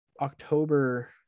October